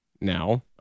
now